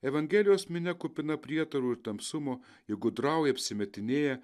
evangelijos minia kupina prietarų ir tamsumo ji gudrauja apsimetinėja